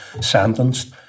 sentenced